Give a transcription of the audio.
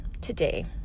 today